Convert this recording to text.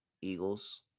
Eagles